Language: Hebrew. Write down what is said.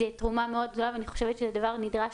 זו תרומה מאוד גדולה ואני חושבת שזה דבר נדרש